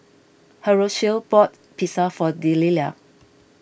Horacio bought Pizza for Delila